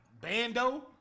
Bando